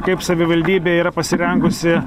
kaip savivaldybė yra pasirengusi